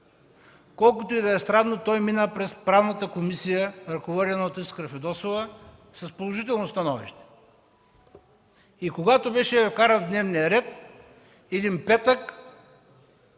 Колкото и да е странно, той мина през Правната комисия, ръководена от Искра Фидосова, с положително становище. И когато беше вкаран в дневния ред един петък,